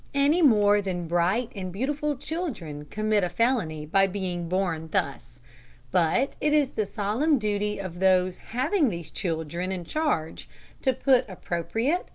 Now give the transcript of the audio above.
any more than bright and beautiful children commit a felony by being born thus but it is the solemn duty of those having these children in charge to put appropriate,